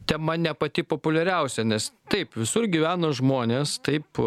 tema ne pati populiariausia nes taip visur gyvena žmonės taip